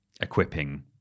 equipping